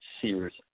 serious